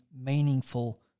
meaningful